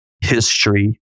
history